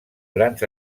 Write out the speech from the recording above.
grans